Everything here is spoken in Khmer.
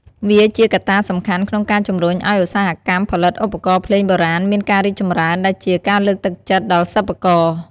វាជាកត្តាសំខាន់ក្នុងការជំរុញឱ្យឧស្សាហកម្មផលិតឧបករណ៍ភ្លេងបុរាណមានការរីកចម្រើន ដែលជាការលើកទឹកចិត្តដល់សិប្បករ។